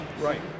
Right